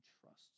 trusts